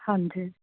ਹਾਂਜੀ